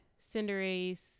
Cinderace